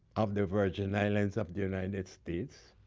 of the virgin islands of the united states,